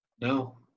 No